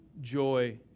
joy